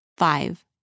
Five